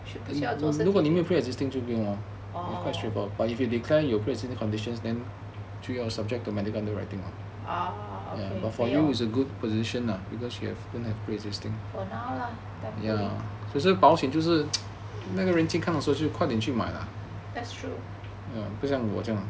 需不需要做身体 that's true